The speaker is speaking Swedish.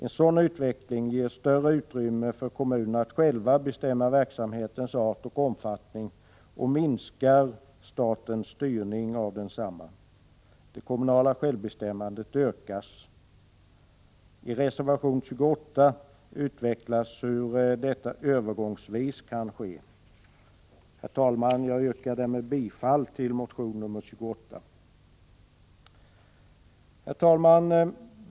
En sådan utveckling ger större utrymme för kommunerna att själva bestämma verksamhetens art och omfattning och minskar statens styrning. Det kommunala självbestämmandet ökar. I reservation 28 utvecklas hur detta övergångsvis kan ske. Herr talman! Jag yrkar därmed bifall till reservation 28.